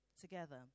together